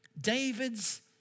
David's